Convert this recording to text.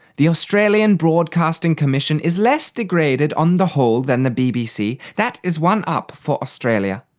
the australian broadcasting commission is less degraded on the whole than the bbc, that is one up for australia.